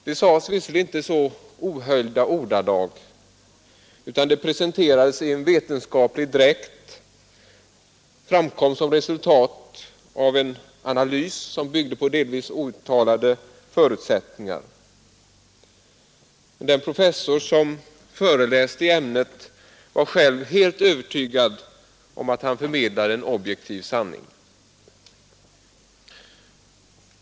Det sades visserligen inte i så ohöljda ordalag, utan det presenterades i vetenskaplig dräkt och framkom som resultatet av en analys som byggde på delvis outtalade förutsättningar. Den professor som föreläste i ämnet var själv helt övertygad om att han förmedlade en objektiv sanning.